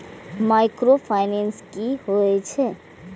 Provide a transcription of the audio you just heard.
Micro finance कि होई छै?